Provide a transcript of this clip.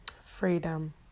freedom